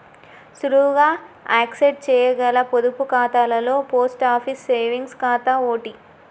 సులువుగా యాక్సెస్ చేయగల పొదుపు ఖాతాలలో పోస్ట్ ఆఫీస్ సేవింగ్స్ ఖాతా ఓటి